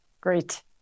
Great